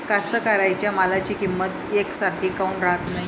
कास्तकाराइच्या मालाची किंमत यकसारखी काऊन राहत नाई?